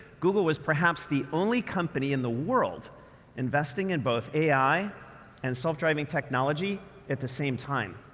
google was, perhaps, the only company in the world investing in both ai and self-driving technology at the same time.